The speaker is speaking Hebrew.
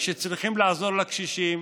שצריכים לעזור לקשישים.